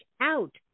out